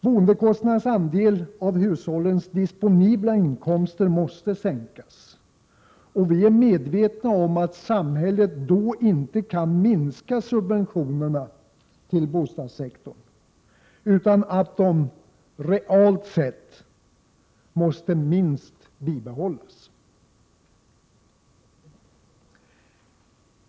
Boendekostnadernas andel av hushållens disponibla inkomster måste sänkas, och vi är medvetna om att samhället då inte kan minska subventionerna till bostadssektorn utan att de — realt sett — måste åtminstone behållas.